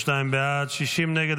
52 בעד, 60 נגד.